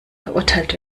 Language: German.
verurteilt